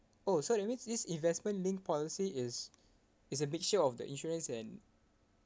oh so that means this investment linked policy is is a mixture of the insurance and